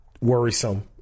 worrisome